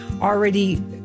already